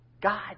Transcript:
God